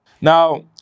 Now